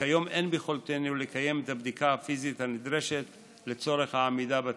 וכיום אין ביכולתנו לקיים את הבדיקה הפיזית הנדרשת לצורך העמידה בתקן.